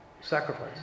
sacrifice